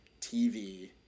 TV